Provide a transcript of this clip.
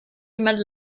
jemand